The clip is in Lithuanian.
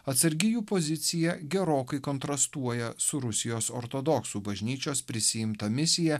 atsargi jų pozicija gerokai kontrastuoja su rusijos ortodoksų bažnyčios prisiimta misija